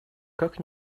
как